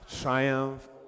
triumph